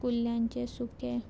कुल्ल्यांचे सुकें